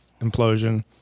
implosion